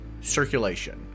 circulation